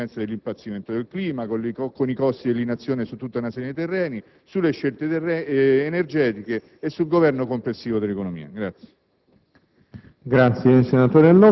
anche questi elementi con le conseguenze dell'impazzimento del clima, con i costi della inazione su tutta una serie di terreni, con le scelte energetiche e con il governo complessivo dell'economia.